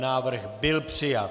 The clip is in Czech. Návrh byl přijat.